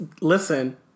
listen